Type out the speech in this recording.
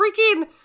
freaking